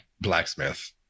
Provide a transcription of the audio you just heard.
blacksmith